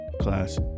class